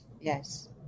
Yes